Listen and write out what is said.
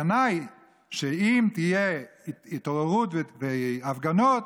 הסכנה היא שאם תהיה התעוררות והפגנות,